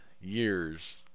years